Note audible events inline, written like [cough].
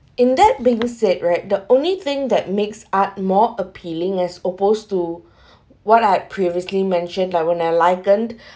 in that bigger sit right the only thing that makes art more appealing as opposed to [breath] what I previously mentioned like when I likened